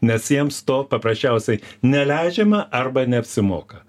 nes jiems to paprasčiausiai neleidžiama arba neapsimoka